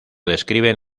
describen